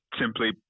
simply